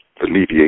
alleviate